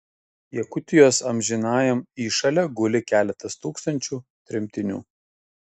jakutijos amžinajam įšale guli keletas tūkstančių tremtinių